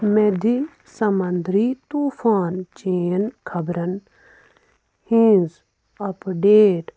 مےٚ دِ سمنٛدری طوٗفان چٮ۪ن خبرن ہٕنٛز اَپ ڈیٹ